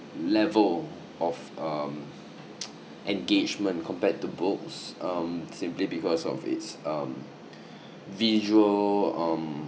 level of um engagement compared to books um simply because of its um visual um